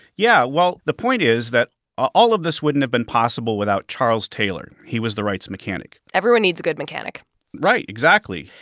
yeah. well, the point is that all of this wouldn't have been possible without charles taylor. he was the wrights' mechanic everyone needs a good mechanic right. exactly.